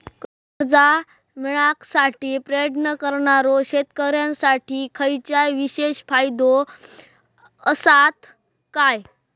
कर्जा मेळाकसाठी प्रयत्न करणारो शेतकऱ्यांसाठी खयच्या विशेष फायदो असात काय?